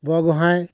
Borgohain